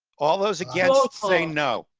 all those again say no.